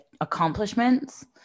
accomplishments